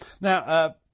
Now